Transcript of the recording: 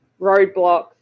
roadblocks